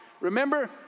Remember